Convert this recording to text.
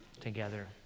together